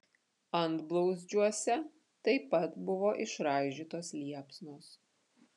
antblauzdžiuose taip pat buvo išraižytos liepsnos